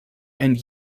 and